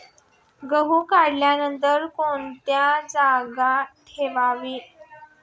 गहू काढल्यानंतर कोणत्या जागी ठेवावा?